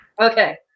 Okay